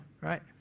right